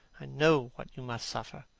i know what you must suffer.